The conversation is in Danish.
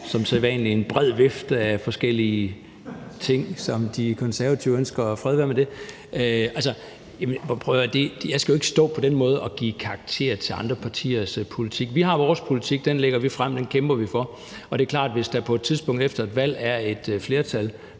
som sædvanlig er en bred vifte af forskellige ting, som De Konservative ønsker, og fred være med det. Prøv at høre, jeg skal jo ikke på den måde stå og give karakterer til andre partiers politik. Vi har vores politik, og den lægger vi frem og kæmper for, og det er klart, at hvis der på et tidspunkt efter et valg er et flertal